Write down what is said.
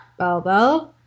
Bellbell